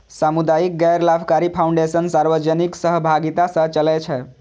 सामुदायिक गैर लाभकारी फाउंडेशन सार्वजनिक सहभागिता सं चलै छै